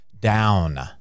down